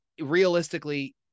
realistically